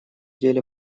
деле